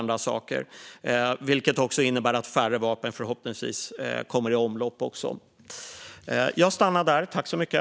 Det innebär förhoppningsvis också att färre vapen kommer i omlopp.